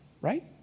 right